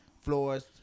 floors